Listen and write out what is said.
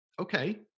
okay